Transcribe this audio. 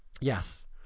yes